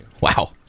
Wow